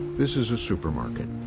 this is a supermarket.